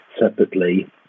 separately